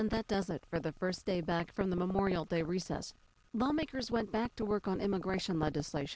and that government for the first day back from the memorial day recess lawmakers went back to work on immigration legislation